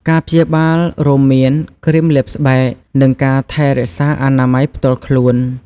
ការព្យាបាលរួមមានគ្រីមលាបស្បែក និងការថែរក្សាអនាម័យផ្ទាល់ខ្លួន។